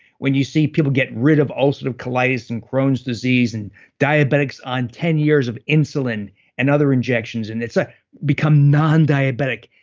when you see people get rid of ulcerative colitis and crohn's disease and diabetics on ten years of insulin and other injections, and ah become non-diabetic.